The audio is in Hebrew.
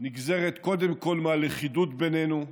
נגזרת קודם כול מהלכידות בינינו,